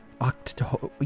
October